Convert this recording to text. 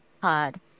Pod